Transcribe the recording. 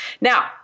Now